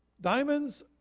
Diamonds